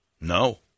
no